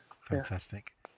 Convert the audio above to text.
fantastic